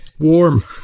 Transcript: Warm